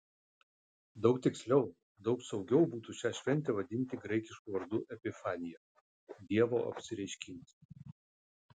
daug tiksliau daug saugiau būtų šią šventę vadinti graikišku vardu epifanija dievo apsireiškimas